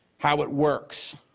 how it works.